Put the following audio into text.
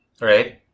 Right